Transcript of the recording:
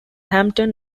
hampton